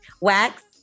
Wax